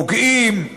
פוגעים,